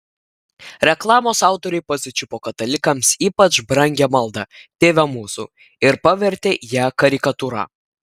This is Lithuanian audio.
reklamos autoriai pasičiupo katalikams ypač brangią maldą tėve mūsų ir pavertė ją karikatūra